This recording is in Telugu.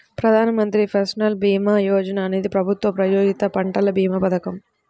ప్రధాన్ మంత్రి ఫసల్ భీమా యోజన అనేది ప్రభుత్వ ప్రాయోజిత పంటల భీమా పథకం